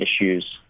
issues